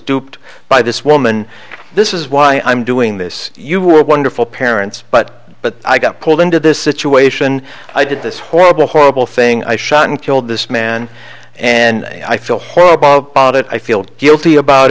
duped by this woman this is why i'm doing this you were wonderful parents but but i got pulled into this situation i did this horrible horrible thing i shot and killed this man and i feel horrible about it i feel guilty about